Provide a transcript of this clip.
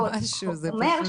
מטורף.